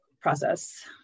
process